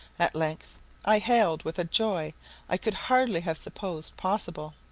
at length i hailed, with a joy i could hardly have supposed possible,